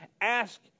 Ask